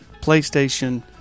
PlayStation